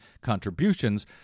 contributions